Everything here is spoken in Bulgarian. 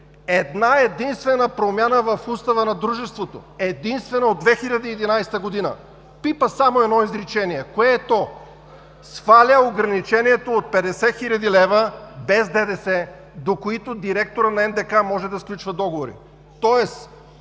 една-единствена промяна, забележете, в устава на дружеството, единствена от 2011 г. Питам само с едно изречение: кое е то? Сваля ограничението от 50 хил. лв. без ДДС, до които директорът на НДК може да сключва договори.